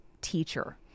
teacher